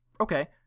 Okay